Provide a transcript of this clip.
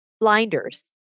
blinders